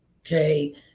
Okay